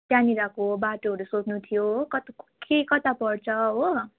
त्यहाँनिरको बाटोहरू सोध्नु थियो कता के कता पर्छ हो